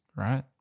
right